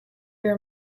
your